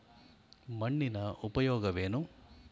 ಮಣ್ಣಿನ ಉಪಯೋಗವೇನು?